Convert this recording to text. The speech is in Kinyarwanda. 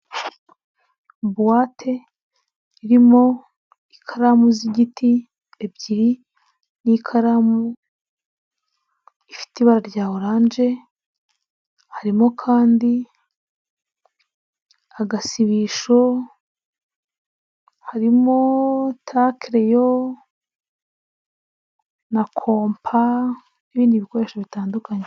Buwate irimo ikaramu z'igiti ebyiri n'ikaramu ifite ibara rya oranje, harimo kandi agasibisho, harimo takeleyo na kompa n'ibindi bikoresho bitandukanye.